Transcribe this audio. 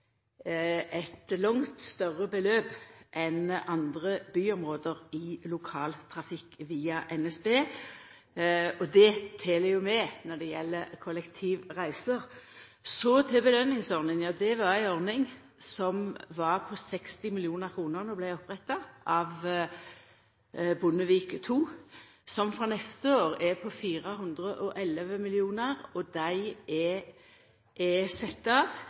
eit langt større beløp enn andre byområde til lokaltrafikk via NSB, og det tel med når det gjeld kollektivreiser. Så til belønningsordninga: Dette var ei ordning som var på 60 mill. kr då ho vart oppretta av Bondevik II-regjeringa, men som frå neste år er på 411 mill. kr, og dei er sette av